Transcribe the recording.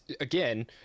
again